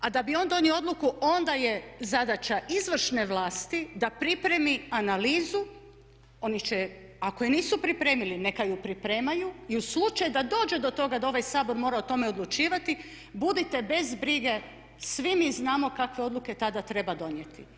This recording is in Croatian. A da bi on donio odluku onda je zadaća izvršne vlasti da pripremi analizu, oni će, ako je nisu pripremili neka ju pripremaju i u slučaju da dođe do toga da ovaj Sabor mora o tome odlučivati budite bez brige, svi mi znamo kakve odluke tada treba donijeti.